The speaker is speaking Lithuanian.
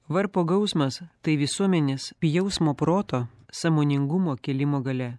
varpo gausmas tai visuomenės jausmo proto sąmoningumo kėlimo galia